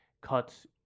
cuts